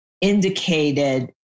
indicated